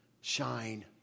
shine